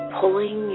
pulling